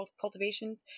Cultivations